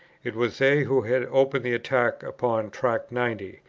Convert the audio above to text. it was they who had opened the attack upon tract ninety,